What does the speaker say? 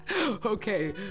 Okay